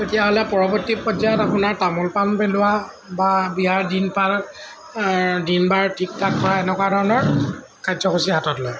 তেতিয়াহ'লে পৰৱৰ্তী পৰ্যায়ত আপোনাৰ তামোল পাণ পেলোৱা বা বিয়াৰ দিন বাৰ দিন বাৰ ঠিক ঠাক কৰা এনেকুৱা ধৰণৰ কাৰ্যসূচী হাতত লয়